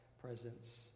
presence